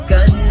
Gun